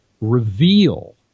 reveal